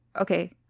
okay